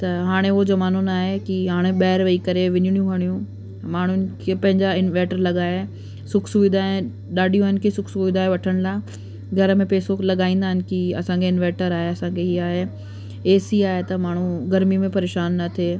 त हाणे उहो ज़मानो न आहे कि हाणे ॿाहिरि वेही करे विञणियूं हणियूं माण्हुनि खे पंहिंजा इंवर्टर लगिया आहिनि सुख सुविधा ॾाढियूं आहिनि कि सुख सुविधा वठण लाइ घर में पैसो लॻाईंदा आहिनि कि असांखे इंवर्टर आहे असांखे ई आहे ए सी आहे त माण्हू गर्मी में परेशान न थिए